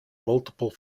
multiple